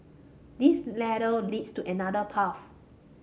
this ladder leads to another path